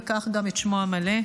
וכך גם את שמו המלא.